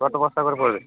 কত বস্তা করে পড়বে